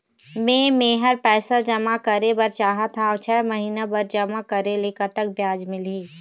मे मेहर पैसा जमा करें बर चाहत हाव, छह महिना बर जमा करे ले कतक ब्याज मिलही?